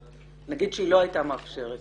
נגיד שהיא לא הייתה מאפשרת,